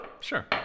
Sure